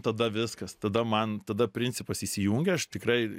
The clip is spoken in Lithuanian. tada viskas tada man tada principas įsijungia aš tikrai